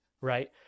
right